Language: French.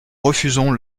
refusons